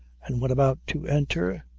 and when about to enter,